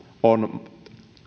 on